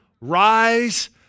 Rise